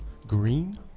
Green